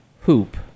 hoop